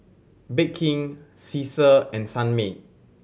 Bake King Cesar and Sunmaid